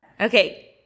Okay